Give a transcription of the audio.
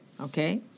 Okay